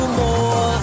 more